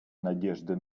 надежды